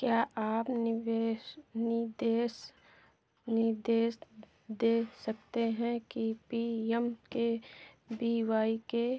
क्या आप निवेश निदेश निदेश दे सकते हैं कि P M K V Y के भीतर मेरे प्रोफाइल बि वा बिवा विवरण को कैसे अद्यतन किया जाए मैं अपनी जन्म तिथि को एक नौ नौ सात ज़ीरो नौ एक तीन में बदलना चाहता हूँ